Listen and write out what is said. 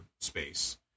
space